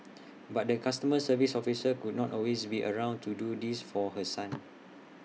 but the customer service officer could not always be around to do this for her son